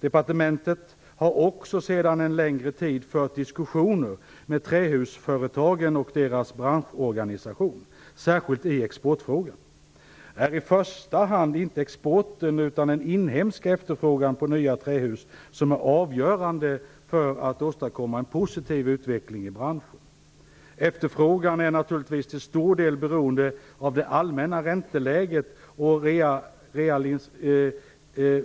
Departementet har också sedan en längre tid fört diskussioner med trähusföretagen och deras branschorganisation, särskilt i exportfrågan. Det är i första hand inte exporten utan den inhemska efterfrågan på nya trähus som är avgörande för att åstadkomma en positiv utveckling i branschen. Efterfrågan är naturligtvis till stor del beroende av det allmänna ränteläget och